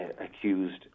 accused